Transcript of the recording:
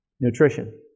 nutrition